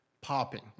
popping